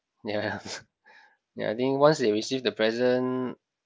ya ya ya I think once they receive the present